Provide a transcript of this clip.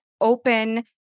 open